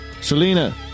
Selena